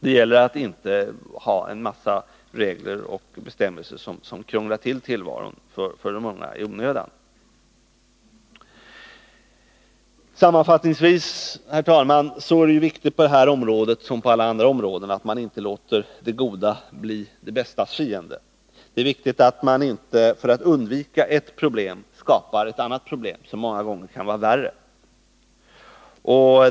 Det gäller att inte ha en massa regler och bestämmelser som krånglar till tillvaron för de unga i onödan. Sammanfattningsvis, herr talman, vill jag säga att det på det här området som på alla andra områden är viktigt att man inte låter det bästa bli det godas fiende. Det är viktigt att man inte för att undvika ett problem skapar ett annat, som många gånger kan vara större.